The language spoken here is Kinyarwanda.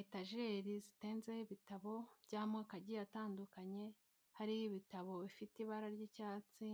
Etageri zitenzeho ibitabo by'amoko agiye atandukanye, hariho ibitabo bifite ibara ry'icyatsi,